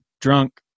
drunk